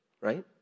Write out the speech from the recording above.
right